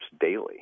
daily